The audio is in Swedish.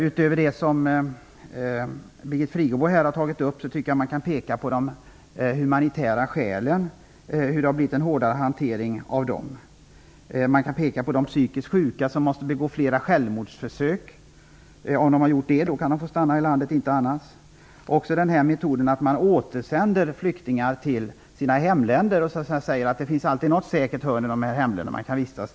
Utöver det som Birgit Friggebo har tagit upp här tycker jag att man kan peka på att hanteringen när det gäller de humanitära skälen har blivit hårdare. Man kan peka på att de psykiskt sjuka måste begå flera självmordsförsök innan de kan få stanna i landet. Man återsänder också flyktingar till deras hemländer och säger att det alltid finns något säkert hörn av landet som de kan vistas i.